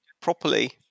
properly